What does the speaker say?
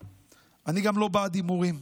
אני גם לא בעד הימורים,